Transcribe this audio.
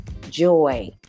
joy